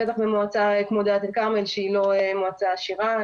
בטח במועצה כמו דלית אל כרמל שהיא לא מועצה עשירה,